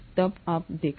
तब आप देखना